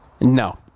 No